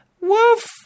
Woof